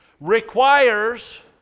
requires